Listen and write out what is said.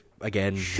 again